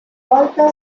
volta